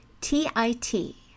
T-I-T